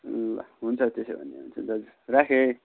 ल हुन्छ त्यसो भने हुन्छ दाजु राखेँ